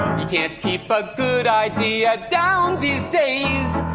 you can't keep a good idea down these days.